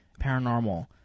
paranormal